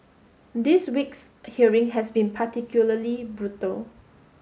this week's hearing has been particularly brutal